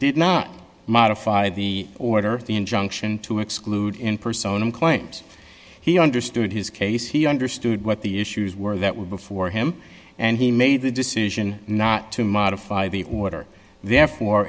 did not modify the order the injunction to exclude in persona claims he understood his case he understood what the issues were that were before him and he made the decision not to modify the order therefore